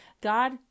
God